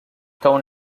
town